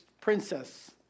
princess